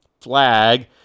flag